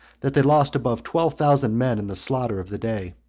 that they lost above twelve thousand men in the slaughter of the day.